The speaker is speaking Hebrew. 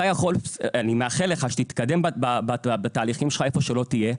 אני מאחל לך שתתקדם בתהליכים שלך איפה שלא תהיה,